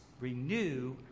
renew